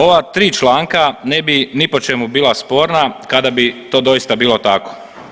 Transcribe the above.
Ova tri članka ne bi ni po čemu bila sporna kada bi to doista bilo tako.